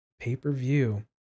pay-per-view